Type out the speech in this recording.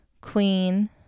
queen